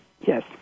yes